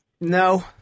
No